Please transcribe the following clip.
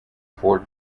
four